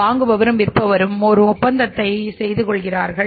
வாங்குபவரும் விற்பவரும் ஒரு ஒப்பந்தத்தை செய்து கொள்கின்றனர்